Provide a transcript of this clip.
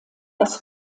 das